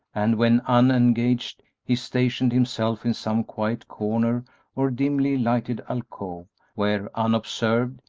and when unengaged he stationed himself in some quiet corner or dimly lighted alcove where, unobserved,